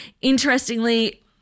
interestingly